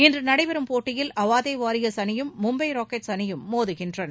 இன்று நடைபெறும் போட்டியில் அவாதே வாரியர்ஸ் அணியும் மும்பை ராக்கெட்ஸ் அணியும் மோதுகின்றன